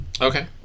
Okay